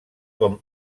com